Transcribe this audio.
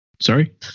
sorry